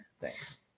Thanks